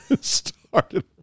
Started